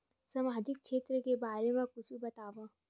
सामाजिक क्षेत्र के बारे मा कुछु बतावव?